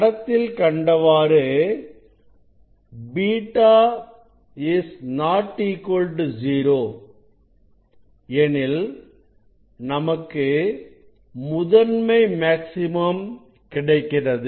படத்தில் கண்டவாறு β ≠ 0 எனில் நமக்கு முதன்மை மேக்ஸிமம் கிடைக்கிறது